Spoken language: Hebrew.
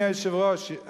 אדוני היושב-ראש,